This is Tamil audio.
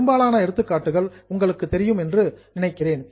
பெரும்பாலான எடுத்துக்காட்டுகள் உங்களுக்கு தெரியும் என்று நினைக்கிறேன்